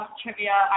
trivia